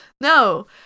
no